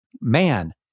man